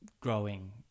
growing